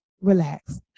relax